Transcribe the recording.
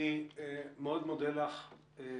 אני מודה לך מאוד.